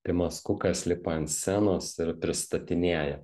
timas kukas lipa ant scenos ir pristatinėja